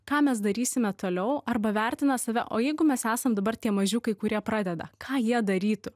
ką mes darysime toliau arba vertina save o jeigu mes esam dabar tie mažiukai kurie pradeda ką jie darytų